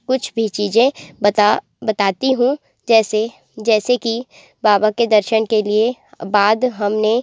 कुछ भी चीज़ें बता बताती हूँ जैसे जैसे कि बाबा के दर्शन के लिए बाद हमने